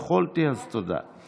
יכולתי, אז תודה.